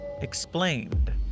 Explained